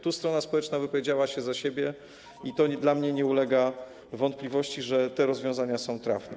Tu strona społeczna wypowiedziała się za siebie i dla mnie nie ulega wątpliwości, że te rozwiązania są trafne.